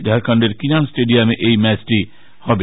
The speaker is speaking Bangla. ঝাডখন্ডের কিনান স্টেডিয়ামে এই ম্যাচটি হবে